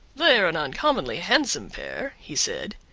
they are an uncommonly handsome pair, he said,